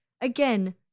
again